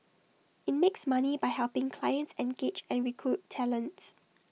IT makes money by helping clients engage and recruit talents